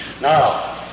Now